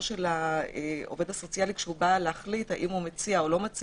של העובד הסוציאלי כשבא להחליט האם הוא מציע או לא,